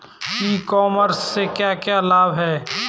ई commerce से क्या क्या लाभ हैं?